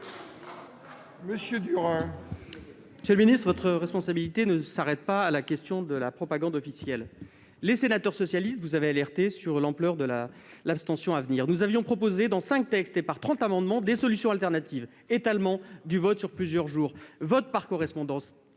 Monsieur le ministre, votre responsabilité ne s'arrête pas à la question de la propagande officielle. Les sénateurs socialistes vous avaient alerté sur l'ampleur de l'abstention à venir. Nous avions proposé, dans cinq textes et au travers de trente amendements, des solutions alternatives, parmi lesquelles l'étalement du vote sur plusieurs jours ou le vote par correspondance.